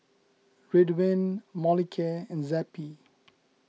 Ridwind Molicare and Zappy